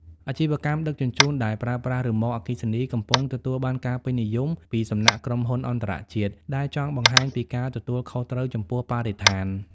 អាជីវកម្មដឹកជញ្ជូនដែលប្រើប្រាស់រ៉ឺម៉កអគ្គិសនី កំពុងទទួលបានការពេញនិយមពីសំណាក់ក្រុមហ៊ុនអន្តរជាតិដែលចង់បង្ហាញពីការទទួលខុសត្រូវចំពោះបរិស្ថាន។